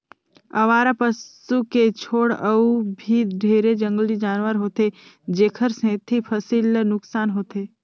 अवारा पसू के छोड़ अउ भी ढेरे जंगली जानवर होथे जेखर सेंथी फसिल ल नुकसान होथे